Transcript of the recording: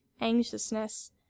anxiousness